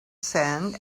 sand